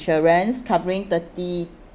insurance covering thirty